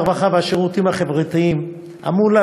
הרווחה והשירותים החברתיים מופקד על